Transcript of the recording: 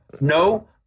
no